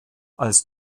als